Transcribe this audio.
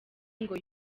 ngo